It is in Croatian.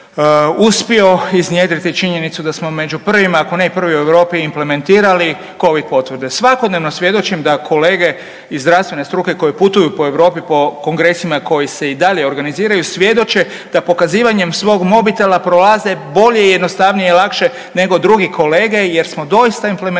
uspio iznjedriti činjenicu da smo među prvima, ako ne i prvi u Europi implementirali covid potvrde. Svakodnevno svjedočim da kolege iz zdravstvene struke koji putuju po Europi po kongresima i koji se i dalje organiziraju svjedoče da pokazivanjem svog mobitela prolaze bolje i jednostavnije i lakše nego drugi kolege jer smo doista implementirali